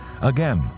Again